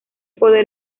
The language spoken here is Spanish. poder